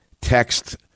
Text